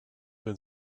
been